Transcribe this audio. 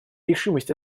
решимость